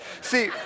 See